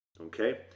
okay